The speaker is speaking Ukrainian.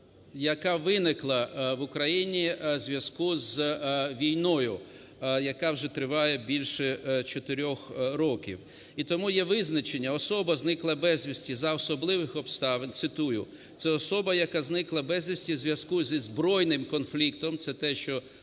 яка виникла в Україні у зв'язку з війною, яка вже триває більше 4 років. І тому є визначення. "Особа, зникла безвісти за особливих обставин (цитую) – це особа, яка зникла безвісти у зв'язку зі збройним конфліктом (це те, що